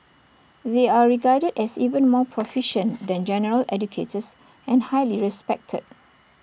they are regarded as even more proficient than general educators and highly respected